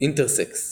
אינטרסקס